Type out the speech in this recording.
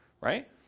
right